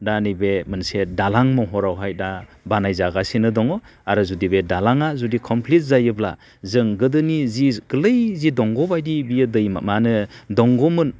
दा नैबे मोनसे दालां महरावहाय दा बानयजागासिनो दङ आरो जुदि दालाङा जुदि कमप्लिट जायोब्ला जों गोदोनि जि गोललै दंग' बायदि माहोनो दंग'मोन